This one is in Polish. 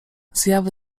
zjawy